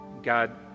God